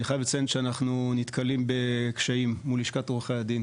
אני חייב לציין שאנחנו נתקלים בקשיים מול לשכת עורכי הדין